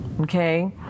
okay